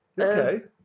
Okay